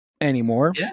anymore